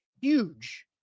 huge